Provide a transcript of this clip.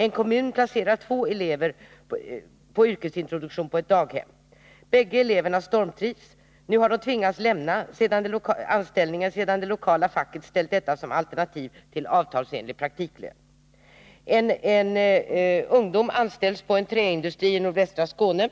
En kommun placerade två elever på yrkesintroduktion på ett daghem. Bägge eleverna stormtrivdes. Nu har de emellertid tvingats lämna anställningen sedan det lokala facket ställt detta som alternativ till avtalsenlig praktikantlön. En ung person har anställts på en träindustri i nordvästra Skåne.